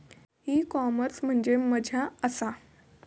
E commerce म्हणजे मझ्या आसा?